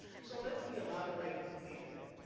so let me elaborate in detail.